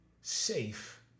safe